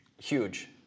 Huge